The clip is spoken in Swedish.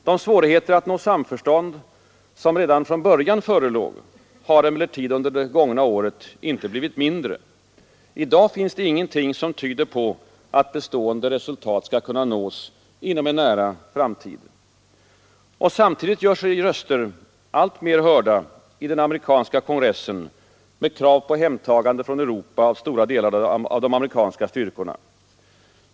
De svårigheter att nå samförstånd som redan från början förelåg har emellertid under det gångna året inte blivit mindre. I dag tyder ingenting på att bestående resultat skall kunna nås inom en nära framtid. Och samtidigt gör sig röster alltmer hörda i den amerikanska kongressen med krav på hemtagande från Europa av stora delar av de amerikanska styrkorna.